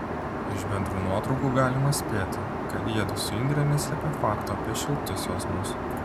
iš bendrų nuotraukų galima spėti kad jiedu su indre neslepia fakto apie šiltus jausmus